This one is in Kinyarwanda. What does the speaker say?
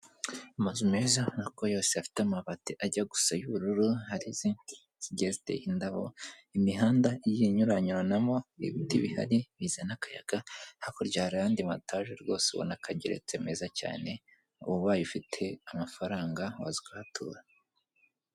Amazu meza urabona yose afite amabati ajya gusa y'ubururu, hari izindi zigiye ziteye indabo, imihanda igiye inyuranyuranamo, ibiti bihari bizana akayaga. Hakurya hari ayandi matage rwose ubona ko agerete meza cyane. Ubaye ufite amafaranga waza ukahatura.